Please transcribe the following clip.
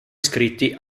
iscritti